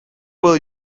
will